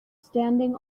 standing